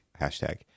hashtag